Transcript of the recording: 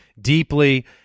deeply